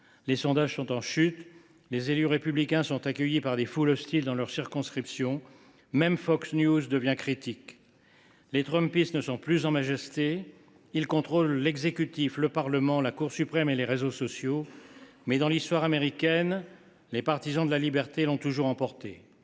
Les sondages sont en chute libre, les élus républicains sont accueillis par des foules hostiles dans leurs circonscriptions. Même Fox News devient critique ! Les trumpistes ne sont plus en majesté. Ils contrôlent certes l’exécutif, le Parlement, la Cour suprême et les réseaux sociaux, mais, dans l’histoire américaine, les partisans de la liberté l’ont toujours emporté.